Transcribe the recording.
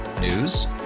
News